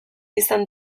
izan